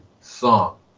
Song